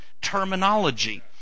terminology